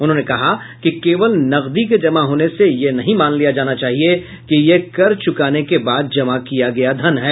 उन्होंने कहा कि केवल नकदी के जमा होने से यह नहीं मान लिया जाना चाहिए कि यह कर चुकाने के बाद जमा किया गया धन है